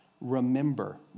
Remember